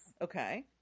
Okay